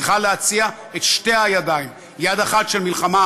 צריכה להציע את שתי הידיים: יד אחת של מלחמה